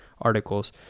articles